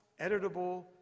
editable